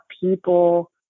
people